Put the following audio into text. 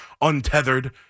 untethered